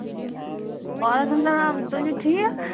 وعلیکُم سَلام تُہۍ چھِو ٹھیٖک